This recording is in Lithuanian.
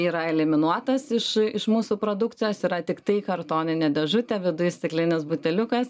yra eliminuotas iš iš mūsų produkcijos yra tiktai kartoninė dėžutė viduj stiklinis buteliukas